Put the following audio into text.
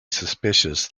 suspicious